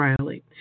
Riley